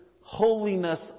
holiness